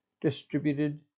distributed